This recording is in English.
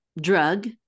drug